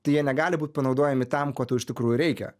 tai jie negali būt panaudojami tam ko tau iš tikrųjų reikia